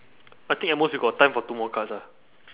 I think at most we got time for two more cards ah